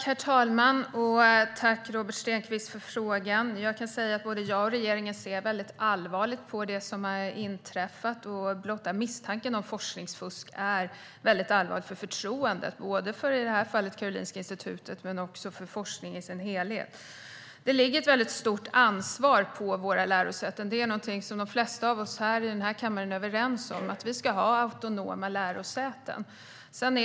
Herr talman! Tack för frågan, Robert Stenkvist! Både jag och regeringen ser väldigt allvarligt på det som har inträffat. Blotta misstanken om forskningsfusk är allvarlig för förtroendet, både för Karolinska Institutet, i det här fallet, och för forskning i dess helhet. Det ligger ett stort ansvar på våra lärosäten. De flesta i den här kammaren är överens om att vi ska ha autonoma lärosäten.